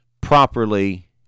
properly